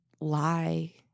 lie